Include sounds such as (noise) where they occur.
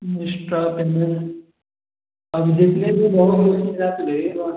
extra payment (unintelligible)